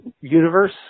universe